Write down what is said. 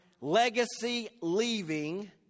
legacy-leaving